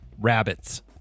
rabbits